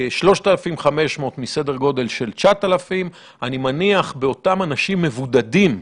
כ-3,500 מסדר גודל של 9,000. אני מניח באותם אנשים מבודדים,